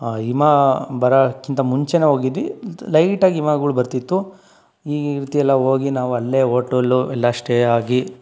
ಹಿಮ ಬರೋಕ್ಕಿಂತ ಮುಂಚೆನೇ ಹೋಗಿದ್ವಿ ಲೈಟಾಗಿ ಹಿಮಗಳು ಬರ್ತಿತ್ತು ಈ ರೀತಿ ಎಲ್ಲ ಹೋಗಿ ನಾವು ಅಲ್ಲೇ ಹೋಟಲ್ಲು ಎಲ್ಲ ಸ್ಟೇ ಆಗಿ